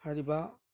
ꯍꯥꯏꯔꯤꯕ